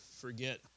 forget